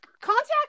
Contact